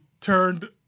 turned